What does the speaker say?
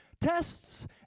tests